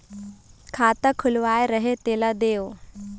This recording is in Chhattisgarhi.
खाता खुलवाय रहे तेला देव?